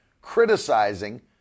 Criticizing